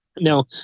Now